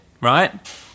right